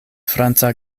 franca